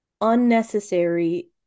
unnecessary